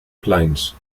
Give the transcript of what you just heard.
plains